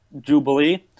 Jubilee